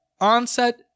Onset